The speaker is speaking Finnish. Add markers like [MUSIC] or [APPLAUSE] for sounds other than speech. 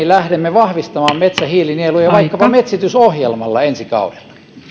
[UNINTELLIGIBLE] lähdemme vahvistamaan metsähiilinieluja vaikkapa metsitysohjelmalla ensi kaudella